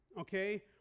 okay